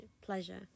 pleasure